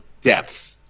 depth